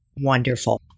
Wonderful